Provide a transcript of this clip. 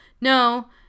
No